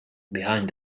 behind